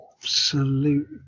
absolute